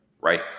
right